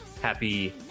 happy